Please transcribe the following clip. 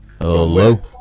hello